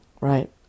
right